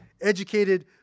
educated